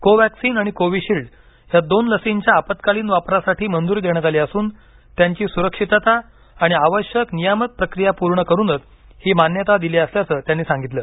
कोव्हॅक्सीन आणि कोविशिल्ड या दोन लसींच्या आपत्कालीन वापरासाठी मंजुरी देण्यात आली असून त्यांची सुरक्षितता आणि आवश्यक नियामक प्रक्रिया पूर्ण करूनच ही मान्यता दिली असल्याचं त्यांनी सागितलं